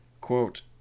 Quote